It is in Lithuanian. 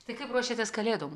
tai kaip ruošiatės kalėdom